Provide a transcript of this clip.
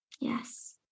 Yes